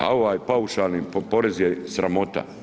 A ovaj paušalni porez je sramota.